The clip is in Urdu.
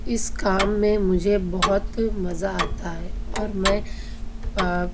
اس کام میں مجھے بہت مزہ آتا ہے اور میں پا